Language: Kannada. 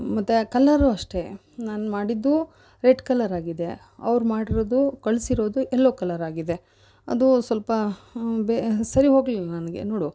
ಮತ್ತೆ ಆ ಕಲ್ಲರು ಅಷ್ಟೇ ನಾನು ಮಾಡಿದ್ದು ರೆಡ್ ಕಲ್ಲರ್ ಆಗಿದೆ ಅವ್ರು ಮಾಡಿರೋದು ಕಳಿಸಿರೋದು ಎಲ್ಲೋ ಕಲರ್ ಆಗಿದೆ ಅದು ಸ್ವಲ್ಪ ಸರಿ ಹೋಗಲಿಲ್ಲ ನನಗೆ ನೋಡು